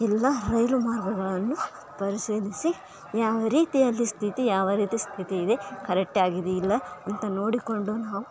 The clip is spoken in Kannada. ಎಲ್ಲ ರೈಲು ಮಾರ್ಗಗಳನ್ನು ಪರಿಶೀಲಿಸಿ ಯಾವ ರೀತಿಯಲ್ಲಿ ಸ್ಥಿತಿ ಯಾವ ರೀತಿ ಸ್ಥಿತಿ ಇದೆ ಕರೆಕ್ಟ್ ಆಗಿದೆ ಇಲ್ಲ ಅಂತ ನೋಡಿಕೊಂಡು ನಾವು